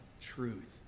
truth